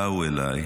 באו אליי